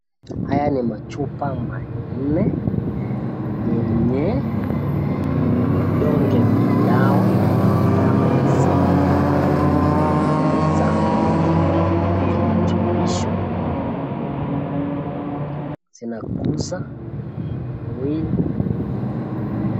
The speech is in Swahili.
Haya ni machupa manne yenye vidonge vya dawa. Dawa hizi ni za virutubisho zinakuza mwili.